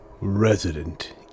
Resident